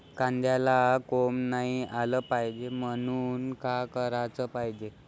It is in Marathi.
कांद्याला कोंब नाई आलं पायजे म्हनून का कराच पायजे?